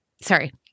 Sorry